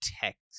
text